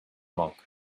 monk